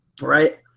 right